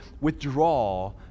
withdraw